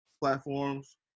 platforms